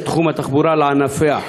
את תחום התחבורה לענפיה.